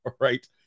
right